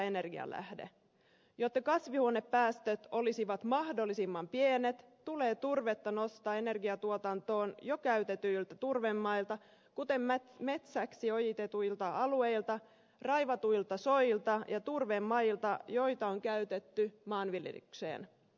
jotta kasvihuonepäästöt olisivat mahdollisimman pienet tulee turvetta nostaa energiantuotantoon jo käytetyiltä turvemailta kuten metsäksi ojitetuilta alueilta raivatuilta soilta ja turvemailta joita on käytetty maanviljelykseen